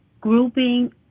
grouping